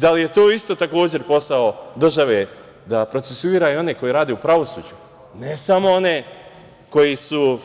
Da li je to isto takođe posao države da procesuira i one koji rade u pravosuđu, ne samo one koji su